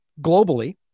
globally